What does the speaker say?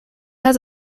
had